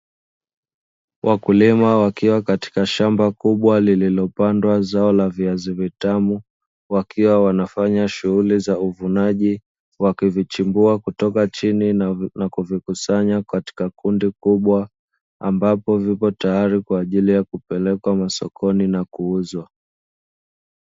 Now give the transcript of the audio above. Wakulima wakiwa katika shamba kubwa lililopandwa zao la viazi vitamu, wakiwa wanafanya shughuli za uvunaji, wakivichimbua kutoka chini na kuvikusanya katika kundi kubwa, ambapo vipo tayari kwa ajili ya kupelekwa masokoni na kuuzwa.